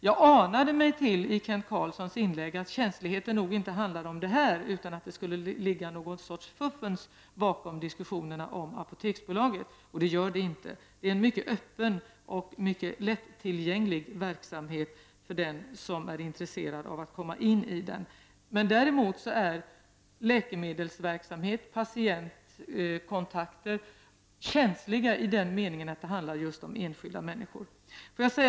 Jag anade, när jag hörde Kent Carlssons inlägg, att känsligheten nog inte handlade om det här, utan att det skulle ligga någon sorts fuffens bakom diskussionerna om Apoteksbolaget. Det gör det inte. Det är en verksamhet som är mycket öppen och mycket lättillgänglig för den som är intresserad av att få inblick i den. Däremot är läkemedelsverksamhet och patientkontakter känsliga i den meningen att det handlar just om enskilda människor.